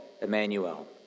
Emmanuel